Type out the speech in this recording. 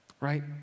Right